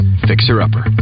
fixer-upper